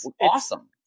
Awesome